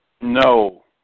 No